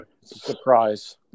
Surprise